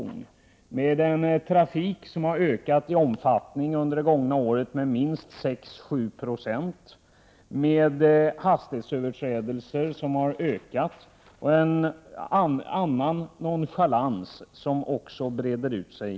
Då är att märka att trafiken har ökat i omfattning under det gångna året med minst 6-7 96 och att antalet hastighetsöverträdelser har ökat. Man kan också peka på den nonchalans som alltmer präglar trafiken.